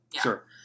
Sure